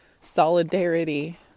solidarity